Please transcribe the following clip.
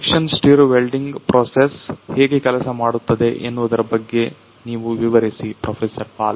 friction stir welding process ಹೇಗೆ ಕೆಲಸ ಮಾಡುತ್ತದೆ ಎನ್ನುವುದರ ಬಗ್ಗೆ ನೀವು ವಿವರಿಸಿ ಪ್ರೊಫೆಸರ್ ಪಾಲ್